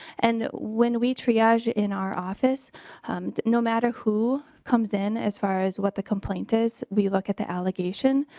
and when we tree as you in our office and no matter who comes in as far as what the complaint is we look at the allegation.